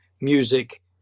music